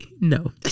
no